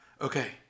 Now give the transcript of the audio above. Okay